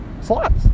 Slots